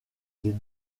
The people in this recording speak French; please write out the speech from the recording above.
des